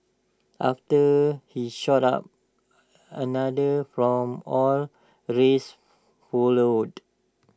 after he stood up another from all races followed